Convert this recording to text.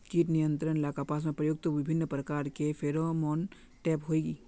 कीट नियंत्रण ला कपास में प्रयुक्त विभिन्न प्रकार के फेरोमोनटैप होई?